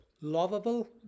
Lovable